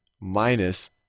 minus